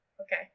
Okay